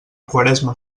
quaresma